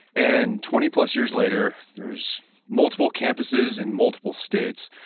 and twenty plus years later, there's multiple campuses in multiple states.